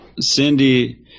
Cindy